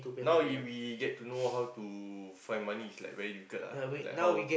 now if we get to know how to find money it's like very difficult ah like how